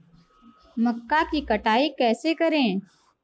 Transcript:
मक्का की कटाई कैसे करें?